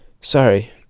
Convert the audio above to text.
Sorry